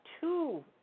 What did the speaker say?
two